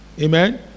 amen